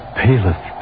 paleth